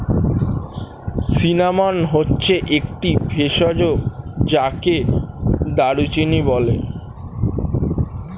cinnamon হচ্ছে একটি ভেষজ যাকে দারুচিনি বলে